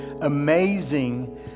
amazing